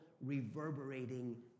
reverberating